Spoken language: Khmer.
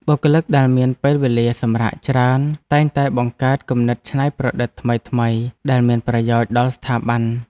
បុគ្គលិកដែលមានពេលវេលាសម្រាកច្រើន តែងតែបង្កើតគំនិតច្នៃប្រឌិតថ្មីៗដែលមានប្រយោជន៍ដល់ស្ថាប័ន។